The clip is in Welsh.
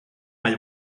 mae